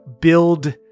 build